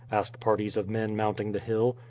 asked parties of men mounting the hill.